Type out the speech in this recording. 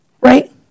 right